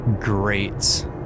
great